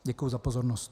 Děkuji za pozornost.